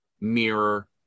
mirror